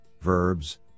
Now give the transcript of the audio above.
verbs